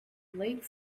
lake